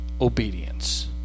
obedience